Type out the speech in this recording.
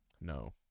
No